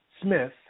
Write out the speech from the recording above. Smith